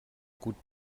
gut